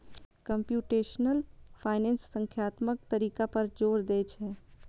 computational finance संख्यात्मक तरीका पर जोर दै छै